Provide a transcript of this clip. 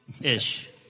Ish